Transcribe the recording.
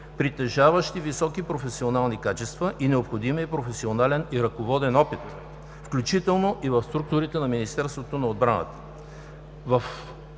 притежаващи високи професионални качества и необходимия професионален и ръководен опит, включително и в структурите на Министерството на отбраната.